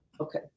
Okay